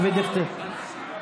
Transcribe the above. בבקשה, חבר הכנסת אבי דיכטר.